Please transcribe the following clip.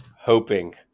hoping